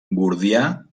gordià